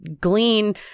glean